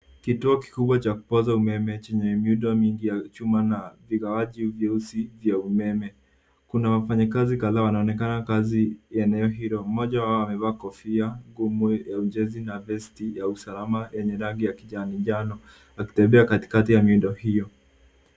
Kituo kikubwa cha kupoza umeme chenye miundo mingi ya chuma na vigawaji vyeusi vya umeme. Kuna wafanyikazi kadhaa wanaofanya kazi eneo hilo. Mmoja wao amevaa kofia ngumu ya jezi na vesti ya usalama yenye rangi ya kijani njano akitembea katikati ya miundo hiyo.